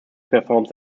performs